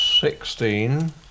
Sixteen